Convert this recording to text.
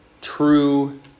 true